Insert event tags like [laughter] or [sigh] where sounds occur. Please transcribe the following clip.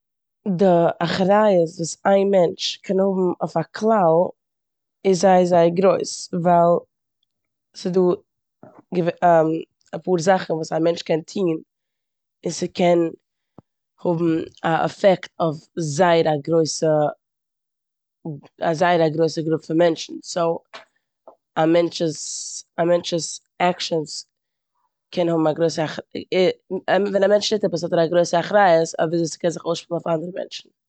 די אחריות וואס איין מענטש קען האבן אויף א כלל איז זייער, זייער גרויס ווייל ס'דא [hesitation] [unintelligible] אפאר זאכן וואס א מענטש קען טון און ס'קען האבן א עפעקט אויף זייער א גרויסע- זייער א גרויסע גרופ פון מענטשן. סאו [noise] א מענטש'ס- א מענטש'ס עקשינס קען האבן א גרויסע [unintelligible] ווען א מענטש טוט עפעס האט ער א גרויסע אחריות אויף וויאזוי ס'קען זיך אויסשפילן אויף אנדערע מענטשן.